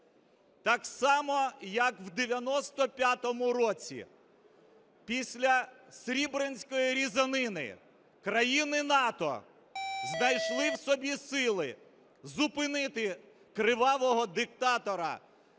Так само, як в 1995 році після сребреницької різанини країни НАТО знайшли в собі сили зупинити кривавого диктатора